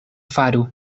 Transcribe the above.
faru